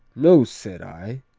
no, said i,